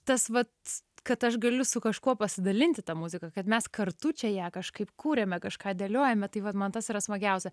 tas vat kad aš galiu su kažkuo pasidalinti ta muzika kad mes kartu čia ją kažkaip kūrėme kažką dėliojame tai vat man tas yra smagiausia